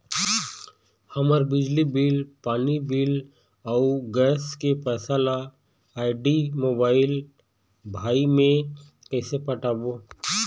हमर बिजली बिल, पानी बिल, अऊ गैस के पैसा ला आईडी, मोबाइल, भाई मे कइसे पटाबो?